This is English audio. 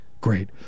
Great